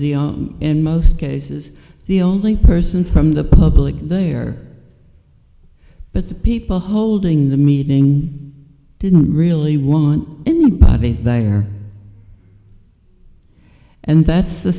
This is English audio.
be in most cases the only person from the public and they are but the people holding the meeting didn't really want anybody there and that's the